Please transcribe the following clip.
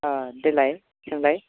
अ देलाय सोंलाय